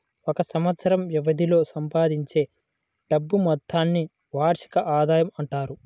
ఒక సంవత్సరం వ్యవధిలో సంపాదించే డబ్బు మొత్తాన్ని వార్షిక ఆదాయం అంటారు